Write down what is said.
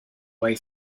way